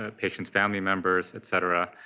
ah patient family members, et cetera.